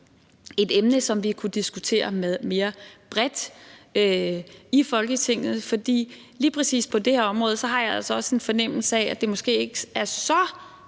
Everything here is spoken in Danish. et emne, som vi kunne diskutere mere bredt i Folketinget, for lige præcis på det her område har jeg altså også en fornemmelse af, at det måske ikke er så